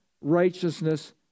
righteousness